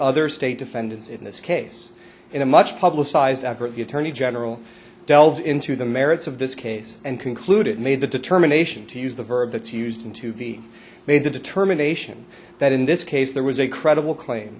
other state defendants in this case in a much publicized effort the attorney general delves into the merits of this case and concluded made the determination to use the verb that's used in to be made the determination that in this case there was a credible claim